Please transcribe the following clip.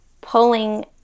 pulling